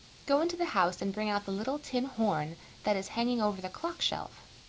go into the house and bring out the little tin horn that is hanging over the clock shelf.